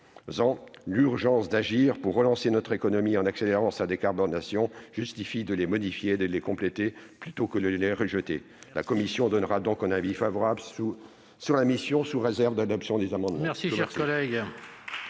l'urgence d'agir pour relancer notre économie en accélérant sa décarbonation justifie de les modifier et de les compléter plutôt que de les rejeter. La commission émettra donc un avis favorable sur la mission, sous réserve de l'adoption des amendements.